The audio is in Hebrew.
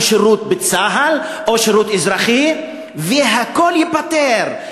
שירות בצה"ל או שירות אזרחי והכול ייפתר,